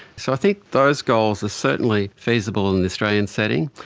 so i think those goals are certainly feasible in the australian setting.